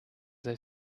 they